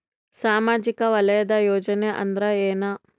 ಸಾಮಾಜಿಕ ವಲಯದ ಯೋಜನೆ ಅಂದ್ರ ಏನ?